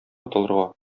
котылырга